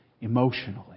emotionally